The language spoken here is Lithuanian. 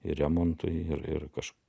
ir remontui ir ir kaž